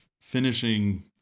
finishing